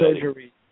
surgery